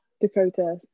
Dakota